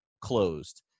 closed